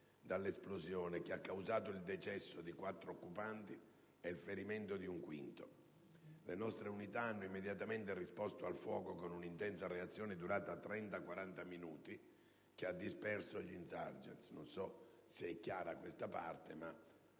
dall'esplosione che ha causato il decesso di quattro occupanti e il ferimento di un quinto. Le nostre unità hanno immediatamente risposto al fuoco con un'intensa reazione, durata 30-40 minuti, che ha disperso gli *insurgents*. Per meglio precisare,